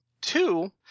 Two